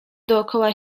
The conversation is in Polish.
dookoła